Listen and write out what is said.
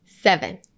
Seven